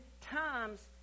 times